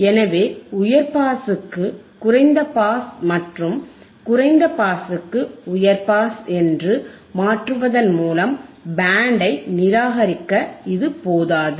எனவே உயர் பாஸுக்கு குறைந்த பாஸ் மற்றும் குறைந்த பாஸுக்கு உயர் பாஸ் என்று மாற்றுவதன் மூலம் பேண்டை நிராகரிக்க இது போதாது